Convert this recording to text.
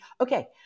Okay